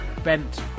bent